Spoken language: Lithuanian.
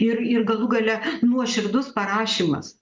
ir ir galų gale nuoširdus parašymas